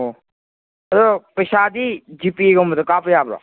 ꯑꯣ ꯑꯗꯣ ꯄꯩꯁꯥꯗꯤ ꯖꯤꯄꯦꯒꯨꯝꯕꯗ ꯀꯥꯞꯄ ꯌꯥꯕ꯭ꯔꯣ